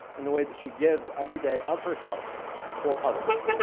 and the way that she gives every day of herself for others.